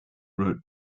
wrote